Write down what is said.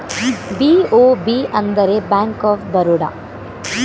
BOB ಅಂದರೆ bank of Baroda